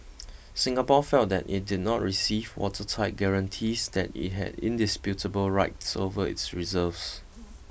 Singapore felt that it did not receive watertight guarantees that it had indisputable rights over its reserves